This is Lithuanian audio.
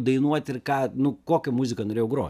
dainuoti ir ką nu kokią muziką norėjau grot